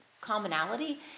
commonality